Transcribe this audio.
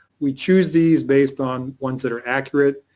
we choose these based on ones that are accurate,